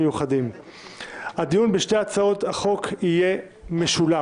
מי בעד הצעת חוק להארכת תוקפן של תקנות לשעת